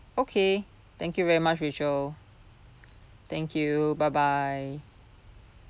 okay thank you very much rachel thank you bye bye